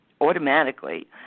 automatically